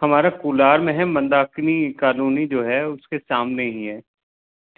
हमारा कुलार में है मंदाकिनी क़ानूनी जो है उसके सामने ही है